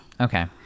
Okay